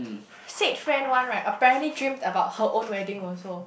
said friend one right apparently dreamt about her own wedding also